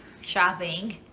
shopping